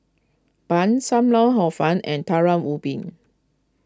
Bun Sam Lau Hor Fun and Talam Ubi